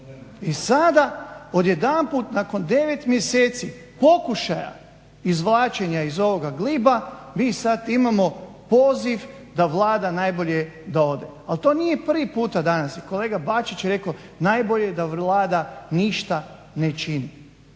I sada odjedanput nakon 9 mjeseci pokušaja izvlačenja iz ovoga gliba mi sada imamo poziv da Vlada da najbolje da ode. Ali to nije prvi puta danas i kolega Bačić je rekao najbolje je da Vlada ništa ne čini.